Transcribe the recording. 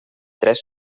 tres